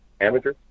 Amateur